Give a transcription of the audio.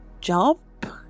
jump